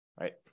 right